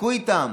תבכו איתם.